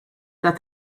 that